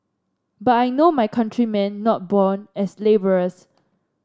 but I know my countrymen not born as labourers